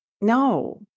no